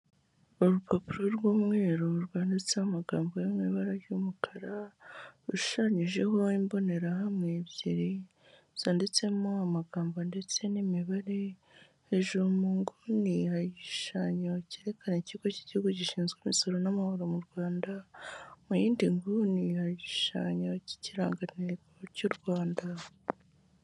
Urupapuro rw'umweru rwanditseho amagambo yo mu ibara ry'umukara ushushanyijeho imbonerahamwe ebyiri zanditsemo amagambo ndetse n'imibare hejuru munguni igishushanyo cyerekana ikigo cy'igihugu gishinzwe imisoro n'amahoro mu Rwanda mu yindi nguni igishushanyo cy'ikirangantego cy'u Rwanda.